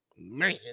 man